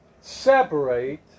separate